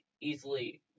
easily